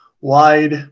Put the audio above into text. wide